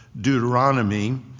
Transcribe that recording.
Deuteronomy